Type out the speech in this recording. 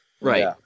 Right